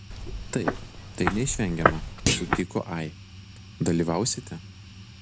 taip tai neišvengiama sutiko ai dalyvausite